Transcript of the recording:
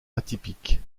atypique